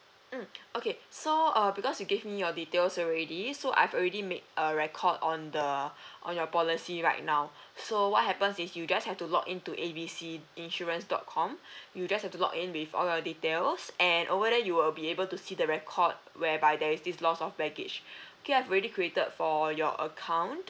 mm okay so uh because you gave me your details already so I've already made a record on the on your policy right now so what happens is you just have to log in to A B C insurance dot com you just have to log in with all your details and over there you will be able to see the record where by there is this loss of baggage okay I've already created for your account